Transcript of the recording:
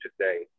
today